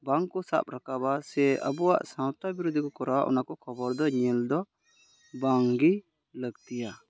ᱵᱟᱝᱠᱚ ᱥᱟᱵ ᱨᱟᱠᱟᱵᱟ ᱥᱮ ᱟᱵᱚᱣᱟᱜ ᱥᱟᱶᱛᱟ ᱵᱤᱨᱩᱫᱷᱤᱠᱚ ᱠᱚᱨᱟᱣᱟ ᱚᱱᱟ ᱠᱚ ᱠᱷᱚᱵᱚᱨ ᱫᱚ ᱧᱮᱞ ᱫᱚ ᱵᱟᱝ ᱜᱮ ᱞᱟᱹᱠᱛᱤᱭᱟ